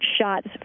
shots